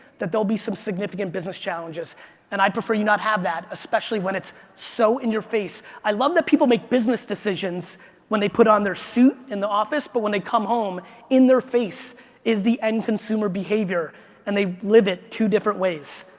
that there'll be some significant business challenges and i'd prefer you not have that, especially when it's so in your face. i love that people make business decisions when they put their on their suit in the office but when they come home in their face is the end consumer behavior and they live it two different ways.